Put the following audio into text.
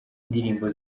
indirimbo